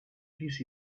this